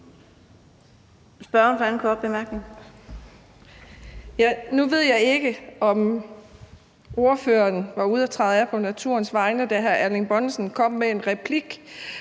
Nu ved jeg ikke, om ordføreren var ude at træde af på naturens vegne, da hr. Erling Bonnesen kom med en replik,